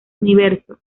universo